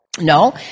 No